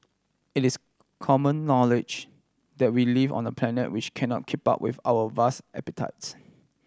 it is common knowledge that we live on the planet which cannot keep up with our vast appetites